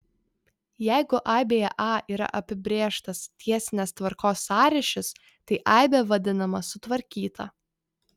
jeigu aibėje a yra apibrėžtas tiesinės tvarkos sąryšis tai aibė vadinama sutvarkyta